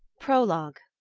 prologue.